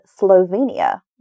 Slovenia